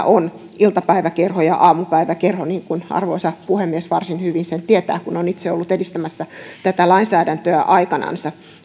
on iltapäiväkerho ja aamupäiväkerho niin kuin arvoisa puhemies varsin hyvin tietää kun on itse ollut edistämässä ja esittelemässä tätä lainsäädäntöä aikanansa